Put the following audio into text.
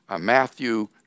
Matthew